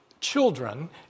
children